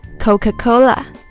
Coca-Cola